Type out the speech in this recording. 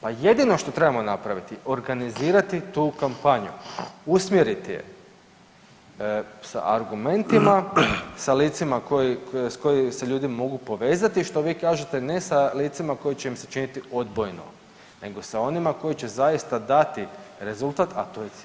Pa jedino što trebamo napraviti, organizirati tu kampanju, usmjeriti je sa argumentima, sa licima s kojima se ljudi mogu povezati, što vi kažete ne sa licima koja će im se činiti odbojno nego sa onima koji će zaista dati rezultat, a to je cilj.